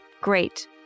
Great